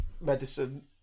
medicine